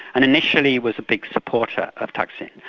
and initially was a big supporter of thaksin.